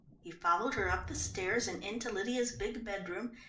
he followed her up the stairs and into lydia's big bedroom,